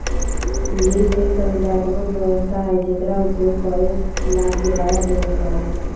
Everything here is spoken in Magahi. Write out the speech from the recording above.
लीज एक संविदात्मक व्यवस्था हई जेकरा उपयोग करे ला किराया देवे पड़ा हई